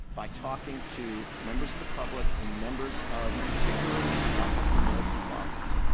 by talking to members of the public and members of, particularly, the african-american caucus.